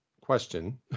question